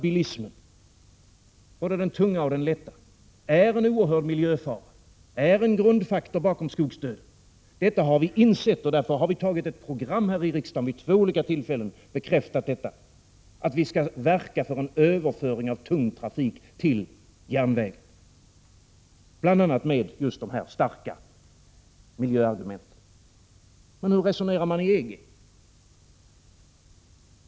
Både den tunga och den lätta bilismen är en oerhörd miljöfara och en grundläggande faktor bakom skogsdöden. Detta har vi insett och därför har vi antagit ett program i riksdagen. Riksdagen har vid två tillfällen bekräftat att vi skall verka för en överföring av tung trafik till järnväg, bl.a. med just dessa starka miljöargument. Hur resonerar man i EG?